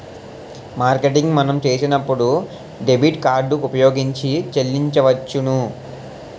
marketing మనం చేసినప్పుడు debit card ఉపయోగించి చెల్లించవచ్చును